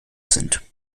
sind